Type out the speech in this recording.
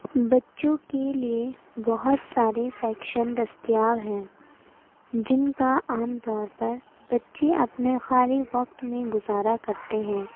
بچوں کی لیے بہت سارے سیکشن دستیاب ہیں جن کا عام طور پر بچے اپنے خالی وقت میں گزارا کرتے ہیں